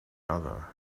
other